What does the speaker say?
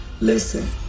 listen